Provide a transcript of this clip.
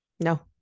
No